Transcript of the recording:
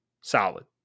Solid